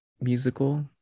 musical